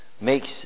makes